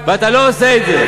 ואתה לא עושה את זה.